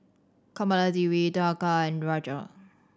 Kamaladevi and Raj